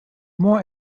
more